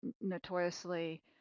notoriously